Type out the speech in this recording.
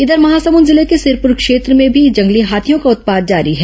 इधर महासमंद जिले के सिरपुर क्षेत्र में भी जंगली हाथियों का उत्पात जारी है